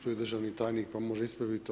Tu je državni tajnik pa može ispraviti.